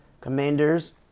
Commanders